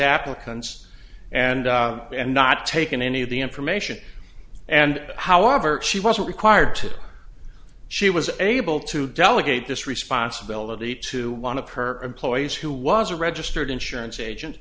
applicants and not taken any of the information and however she wasn't required to she was able to delegate this responsibility to one of per employees who was a registered insurance agent